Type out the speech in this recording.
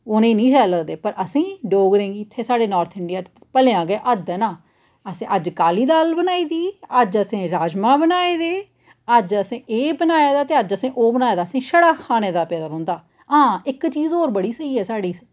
हून ते साढ़े इत्थै बी पुज्जी गेआ उं'दा डोसा अस बी लगी पे आं खान